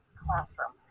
classroom